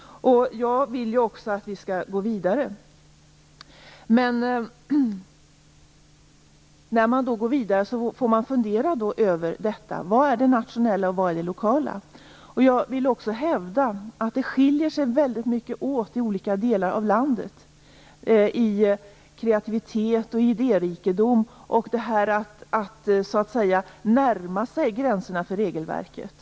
Och jag vill att vi skall gå vidare, men när man då går vidare får man fundera över detta: Vad är det nationella och vad är det lokala? Jag vill också hävda att det skiljer sig väldigt mycket åt i olika delar av landet i kreativitet, idérikedom och det att så att säga närma sig gränserna för regelverket.